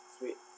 sweet